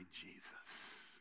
Jesus